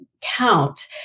count